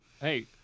hey